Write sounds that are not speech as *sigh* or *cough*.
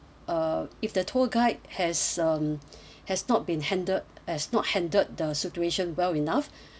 uh if the tour guide has um *breath* has not been handled has not handled the situation well enough *breath*